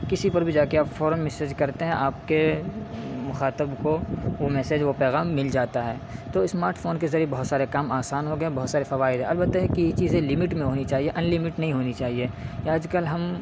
کسی پر بھی جا کے آپ فوراً میسج کرتے ہیں آپ کے مخاطب کو وہ میسج وہ پیغام مل جاتا ہے تو اسمارٹ فون کے ذریعے بہت سارے کام آسان ہو گئے ہیں بہت سارے فوائد ہیں البتہ یہ ہے کہ یہ چیزیں لیمٹ میں ہونی چاہیے انلیمٹڈ نہیں ہونی چاہیے یا آج کل ہم